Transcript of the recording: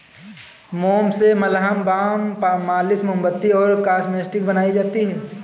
मोम से मलहम, बाम, पॉलिश, मोमबत्ती और कॉस्मेटिक्स बनाई जाती है